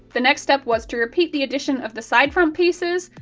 the next step was to repeat the addition of the side-front pieces,